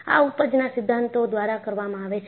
આ ઊપજના સિદ્ધાંતો દ્વારા કરવામાં આવે છે